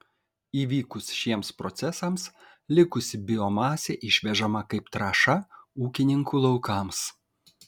įvykus šiems procesams likusi biomasė išvežama kaip trąša ūkininkų laukams